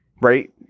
right